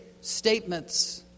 statements